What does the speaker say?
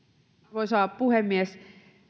arvoisa puhemies